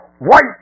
WHITE